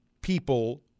people